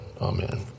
Amen